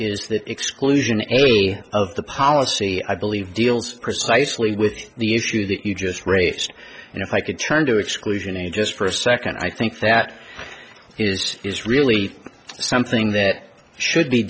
is that exclusion any of the policy i believe deals precisely with the issue that you just raised and if i could turn to exclusion a just for a second i think that it's really something that should be